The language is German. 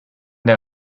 der